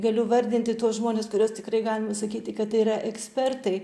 galiu vardinti tuos žmones kuriuos tikrai galima sakyti kad tai yra ekspertai